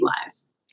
lives